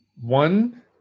one